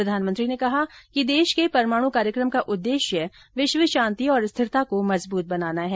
प्रधानमंत्री ने कहा कि देश के परमाणु कार्यक्रम का उद्देश्य विश्व शांति और स्थिरता को मजबूत बनाना है